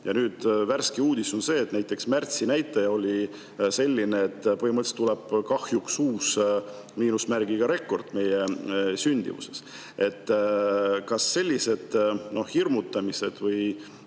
Värske uudis ongi see, et märtsi näitaja oli selline, et põhimõtteliselt tuleb kahjuks uus miinusmärgiga rekord meie sündimuses. Kas sellised hirmutamised või